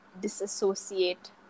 disassociate